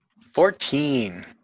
Fourteen